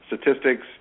statistics